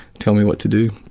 tell me what to do.